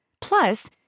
Plus